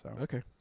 Okay